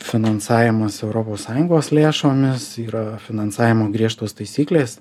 finansavimas europos sąjungos lėšomis yra finansavimo griežtos taisyklės